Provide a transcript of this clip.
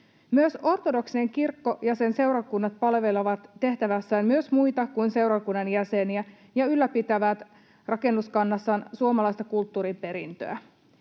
Myös ortodoksinen kirkko ja sen seurakunnat palvelevat tehtävässään myös muita kuin seurakunnan jäseniä ja ylläpitävät rakennuskannassaan suomalaista kulttuuriperintöä.